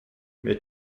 mais